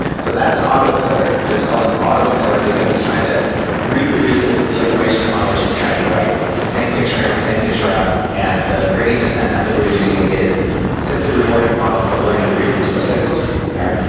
so that's an autoencoder, and it's called an autoencoder because it's trying to reproduce the information upon which it's trained, right? the same picture in, and the same picture out and the gradient descent method we're using is simply rewarding the model for learning to reproduce those pixels, all right?